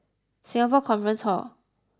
Singapore Conference Hall